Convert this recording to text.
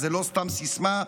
זו לא סתם סיסמה,